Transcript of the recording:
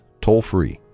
toll-free